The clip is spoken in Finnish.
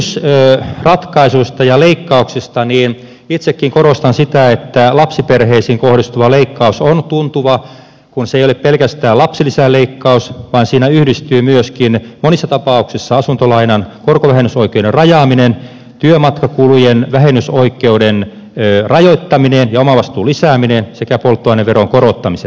näistä kehysratkaisuista ja leikkauksista itsekin korostan sitä että lapsiperheisiin kohdistuva leikkaus on tuntuva kun se ei ole pelkästään lapsilisän leikkaus vaan siinä yhdistyvät myöskin monissa tapauksissa asuntolainan korkovähennysoikeuden rajaaminen työmatkakulujen vähennysoikeuden rajoittaminen ja omavastuun lisääminen sekä polttoaineveron korottamiset